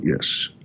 yes